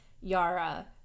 Yara